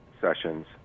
sessions